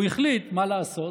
הוא החליט, מה לעשות,